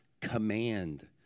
command